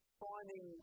finding